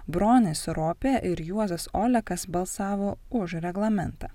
bronis ropė ir juozas olekas balsavo už reglamentą